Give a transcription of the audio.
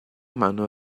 mano